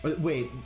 Wait